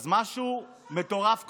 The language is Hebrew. אז משהו מטורף קורה.